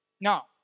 Now